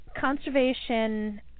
conservation